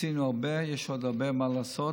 עשינו הרבה, יש עוד הרבה מה לעשות,